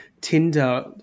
Tinder